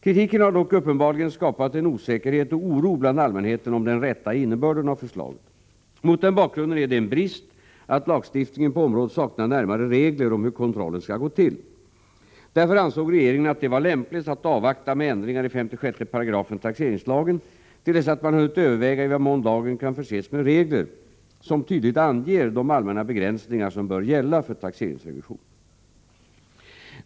Kritiken har dock uppenbarligen skapat en osäkerhet och oro bland allmänheten om den rätta innebörden av förslaget. Mot den bakgrunden är det en brist att lagstiftningen på området saknar närmare regler om hur kontrollen skall gå till. Därför ansåg regeringen att det var lämpligast att avvakta med ändringar i 56 § taxeringslagen till dess att man hunnit överväga i vad mån lagen kan förses med regler som tydligt anger de allmänna begränsningar som bör gälla för taxeringsrevision.